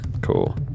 Cool